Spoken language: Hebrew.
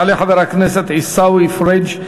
יעלה חבר הכנסת עיסאווי פריג',